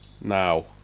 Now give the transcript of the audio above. now